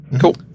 cool